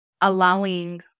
allowing